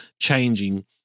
changing